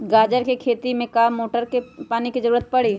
गाजर के खेती में का मोटर के पानी के ज़रूरत परी?